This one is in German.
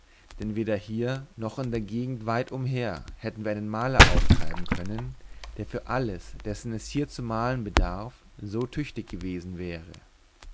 denn weder hier noch in der gegend weit umher hätten wir einen maler auftreiben können der für alles dessen es hier zu malen bedarf so tüchtig gewesen wäre